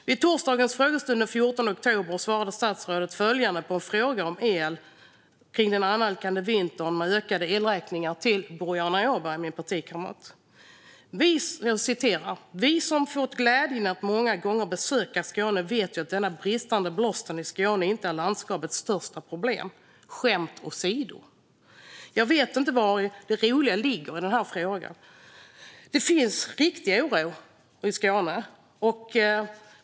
Vid torsdagens frågestund, den 14 oktober, svarade statsrådet följande på en fråga från min partikamrat Boriana Åberg om el och den annalkande vintern med ökade elräkningar: "Vi som har fått glädjen att många gånga gånger besöka Skåne vet ju att den bristande blåsten i Skåne inte är landskapets största problem. Skämt åsido." Jag vet inte vari det roliga ligger i detta svar. Det finns en riktig oro i Skåne.